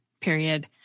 period